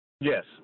Yes